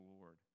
lord